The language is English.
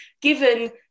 given